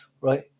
right